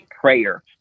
prayer